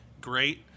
great